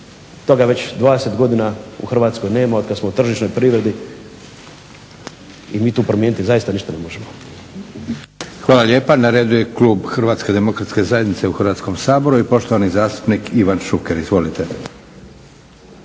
toga već 20 godina u Hrvatskoj nema od kada smo u tržišnoj privredi i mi tu promijeniti zaista ništa ne možemo. **Leko, Josip (SDP)** Hvala lijepa. Na redu je klub HDZ-a u Hrvatskom saboru i poštovani zastupnik Ivan Šuker. Izvolite.